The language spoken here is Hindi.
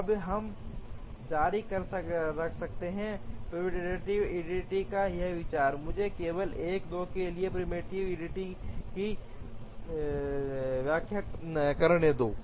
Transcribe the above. अब हम जारी रख सकते हैं प्रीडेप्टिव ईडीडी का यह विचार मुझे केवल 1 2 के लिए प्रीमेप्टिव ईडीडी की व्याख्या करने दें